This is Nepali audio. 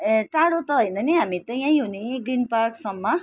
ए टाढो त होइन पनि हामी त यहीँ हो नि ग्रिन पार्कसम्म